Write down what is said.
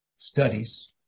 Studies